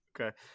Okay